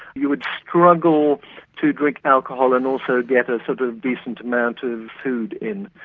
you would struggle to drink alcohol and also get a sort of decent amount of food in.